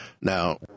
Now